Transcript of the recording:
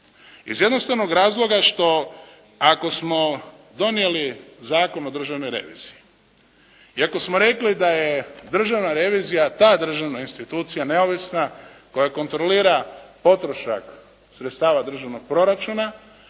Iz jednostavnog razloga što ako smo donijeli Zakon o državnoj reviziji i ako smo rekli da je državna revizija ta državna institucija, neovisna, koja kontrolira potrošak sredstava državnog proračuna.